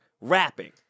rapping